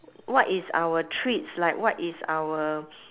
what is our treats like what is our